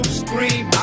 scream